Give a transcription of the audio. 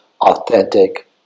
authentic